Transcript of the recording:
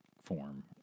form